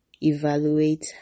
evaluate